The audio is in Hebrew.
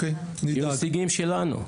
שיהיו נציגים שלנו?